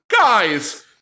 guys